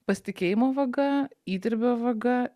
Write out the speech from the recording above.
pasitikėjimo vaga įdirbio vaga